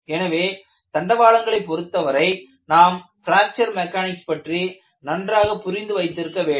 எனவே தண்டவாளங்களை பொருத்தவரை நாம் பிராக்சர் மெக்கானிக்ஸ் பற்றி நன்றாக புரிந்து வைத்திருக்க வேண்டும்